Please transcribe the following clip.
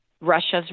Russia's